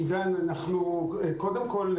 עידן, קודם כול,